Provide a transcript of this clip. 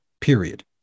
period